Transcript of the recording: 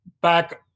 back